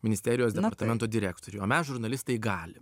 ministerijos departamento direktoriui o mes žurnalistai galim